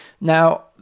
Now